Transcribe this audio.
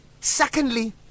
secondly